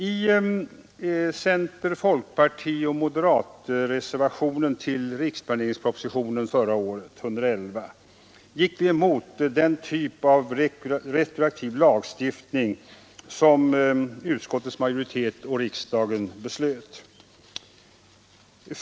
I center-, folkpartioch moderatreservationen till riksplaneringspropositionen 111 förra året gick man emot den typ av retroaktiv lagstiftning som utskottets majoritet tillstyrkt och riksdagen beslutat om.